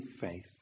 faith